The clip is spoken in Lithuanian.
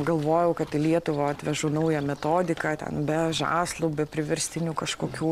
galvojau kad į lietuvą atvežu naują metodiką ten be žąslų be priverstinių kažkokių